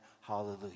Hallelujah